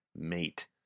Mate